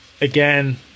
again